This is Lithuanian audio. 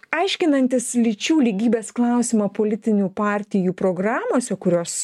aiškinantis lyčių lygybės klausimą politinių partijų programose kurios